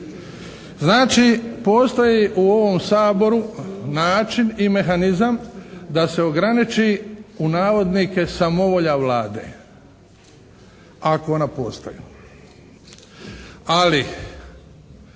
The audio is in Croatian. Znači, postoji u ovom Saboru način i mehanizam da se ograniči, u navodnike, samovolja Vlade. Ako ona postoji. Ali